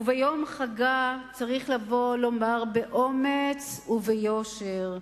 וביום חגה צריך לומר באומץ וביושר,